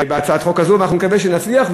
בהצעת החוק הזאת ואנחנו נקווה שנצליח.